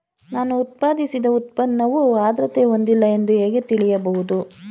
ನಾನು ಉತ್ಪಾದಿಸಿದ ಉತ್ಪನ್ನವು ಆದ್ರತೆ ಹೊಂದಿಲ್ಲ ಎಂದು ಹೇಗೆ ತಿಳಿಯಬಹುದು?